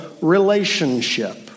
relationship